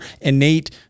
innate